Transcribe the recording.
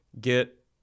get